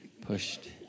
pushed